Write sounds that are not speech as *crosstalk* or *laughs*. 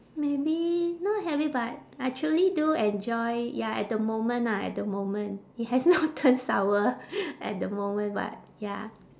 maybe not habit but I truly do enjoy ya at the moment ah at the moment it has not turned sour *laughs* at the moment but ya